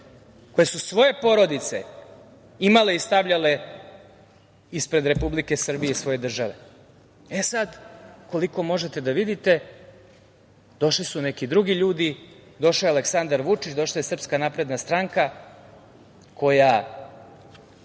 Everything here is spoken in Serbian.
koji su svoje porodice imale i stavljale ispred Republike Srbije i svoje države. Sad, koliko možete, da vidite došli su neki drugi ljudi, došao je Aleksandar Vučić, došla je SNS koja gradi infrastrukturu,